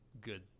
good